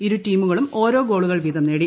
ഇരു ടീമുകളും ഓരോ ് ഗ്ലോളുകൾ വീതം നേടി